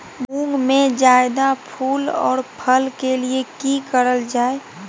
मुंग में जायदा फूल और फल के लिए की करल जाय?